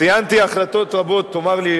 תאמר לי,